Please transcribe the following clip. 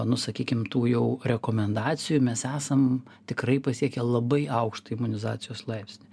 nu sakykim tų jau rekomendacijų mes esam tikrai pasiekę labai aukštą imunizacijos laipsnį